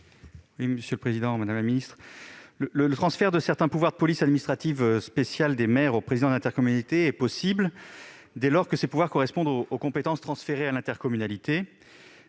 Le transfert de certains pouvoirs de police administrative spéciale des maires au président de l'intercommunalité est possible dès lors que ces pouvoirs correspondent aux compétences transférées à l'intercommunalité.